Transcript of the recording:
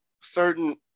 certain